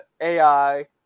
AI